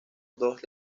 dos